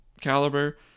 caliber